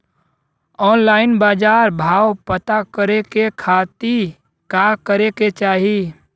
Online बाजार भाव पता करे के खाती का करे के चाही?